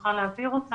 ונוכל להעביר אותם.